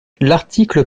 l’article